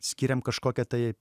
skyrėm kažkokią tai